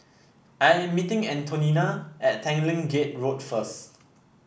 I am meeting Antonina at Tanglin Gate Road first